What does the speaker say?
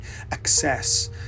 access